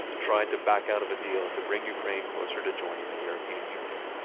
tried to back out of a deal to bring ukraine closer to joining the european union.